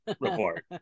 report